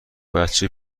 بچه